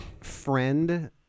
friend